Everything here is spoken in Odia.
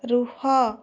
ରୁହ